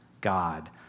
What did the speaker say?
God